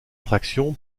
attraction